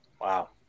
wow